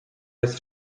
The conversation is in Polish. jest